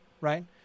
right